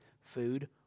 food